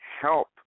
help